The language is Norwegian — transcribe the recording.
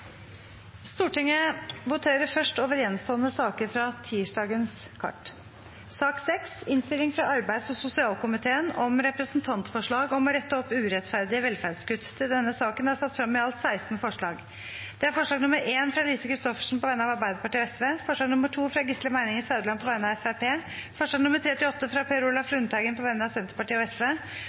Stortinget voterer først over de gjenstående sakene fra tirsdagens kart. Under debatten er det satt frem i alt 16 forslag. Det er forslag nr. 1, fra Lise Christoffersen på vegne av Arbeiderpartiet og Sosialistisk Venstreparti forslag nr. 2, fra Gisle Meininger Saudland på vegne av Fremskrittspartiet forslagene nr. 3–8, fra Per Olaf Lundteigen på vegne av Senterpartiet og